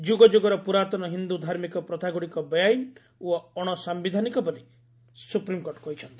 ଯୁଗଯୁଗର ପୁରାତନ ହିନ୍ଦୁ ଧାର୍ମିକ ପ୍ରଥାଗୁଡ଼ିକ ବେଆଇନ ଓ ଅଣସାୟିଧାନିକ ବୋଲି ମଧ୍ୟ ସୁପ୍ରିମକୋର୍ଟ କହିଛନ୍ତି